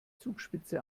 zugspitze